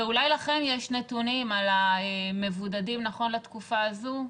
ואולי לכם יש נתונים על המבודדים נכון לתקופה הזו.